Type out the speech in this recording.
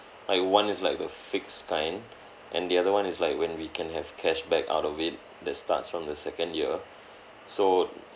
like one is like the fixed kind and the other one is like when we can have cashback out of it that starts from the second year so